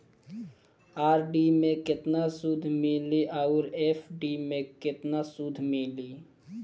RD मे केतना सूद मिली आउर एफ.डी मे केतना सूद मिली?